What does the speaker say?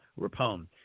Rapone